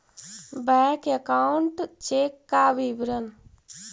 Bank account check का विवरण?